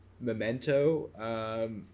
memento